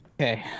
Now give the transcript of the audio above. Okay